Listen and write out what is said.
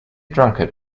drunkard